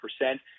percent